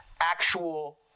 actual